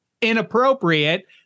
inappropriate